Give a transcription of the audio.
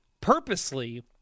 purposely